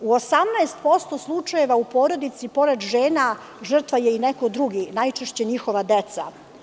U 18% slučajeva u porodici, pored žena, žrtva je neko drugi, a najčešće njihova deca.